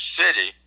city